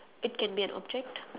it can be an object